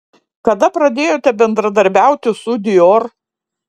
kada pradėjote bendradarbiauti su dior